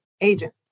agent